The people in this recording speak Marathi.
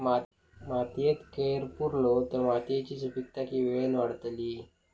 मातयेत कैर पुरलो तर मातयेची सुपीकता की वेळेन वाडतली?